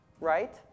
right